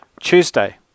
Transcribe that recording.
Tuesday